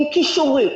עם קישורים,